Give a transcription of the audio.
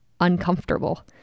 uncomfortable